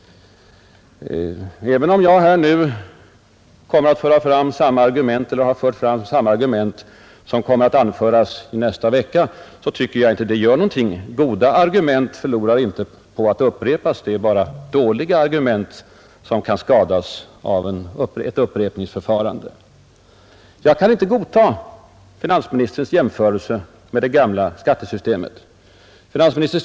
Även om jag nu har fört fram samma argument som jag kommer att anföra nästa vecka, tycker jag inte det gör någonting. Goda argument förlorar inte på att upprepas, det är bara dåliga argument som kan skadas därav. Jag kan inte godta finansministerns jämförelse med det gamla skattesystemet.